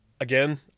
again